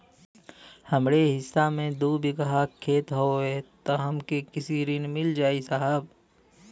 हमरे हिस्सा मे दू बिगहा खेत हउए त हमके कृषि ऋण मिल जाई साहब?